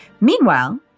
Meanwhile